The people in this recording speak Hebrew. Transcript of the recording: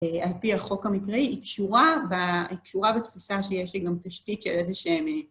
על פי החוק המקראי, היא קשורה בתפיסה שיש לי גם תשתית של איזה שהם...